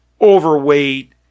overweight